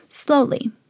Slowly